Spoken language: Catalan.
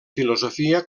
filosofia